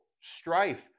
strife